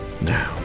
now